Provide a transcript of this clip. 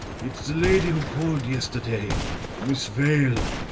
it's the lady who called yesterday miss vale.